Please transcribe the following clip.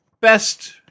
best